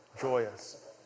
joyous